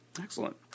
Excellent